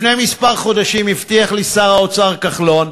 לפני כמה חודשים הבטיחו לי שר האוצר כחלון